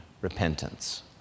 repentance